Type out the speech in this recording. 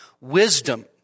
wisdom